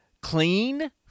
clean